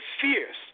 fierce